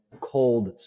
cold